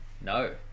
No